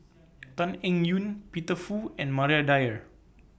Tan Eng Yoon Peter Fu and Maria Dyer